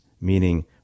meaning